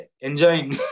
enjoying